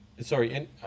Sorry